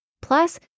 plus